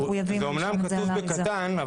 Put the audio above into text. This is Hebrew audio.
זה אומנם כתוב בקטן,